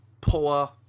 poor